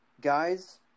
Guys